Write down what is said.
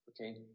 Okay